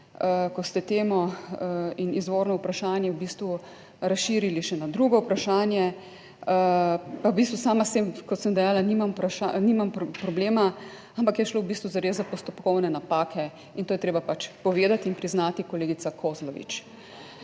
ko ste temo in izvorno vprašanje v bistvu razširili še na drugo vprašanje, pa v bistvu sama s tem, kot sem dejala, nimam, nimam problema, ampak je šlo v bistvu zares za postopkovne napake in to je treba pač povedati in priznati, kolegica Kozlovič.